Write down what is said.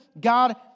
God